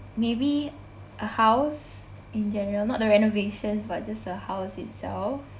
maybe a house in general not the renovations but just the house itself